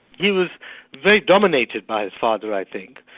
he was very dominated by his father i think.